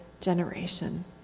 generation